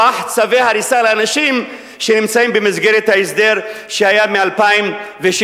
צווי הריסה לאנשים שנמצאים במסגרת ההסדר שהיה מ-2006.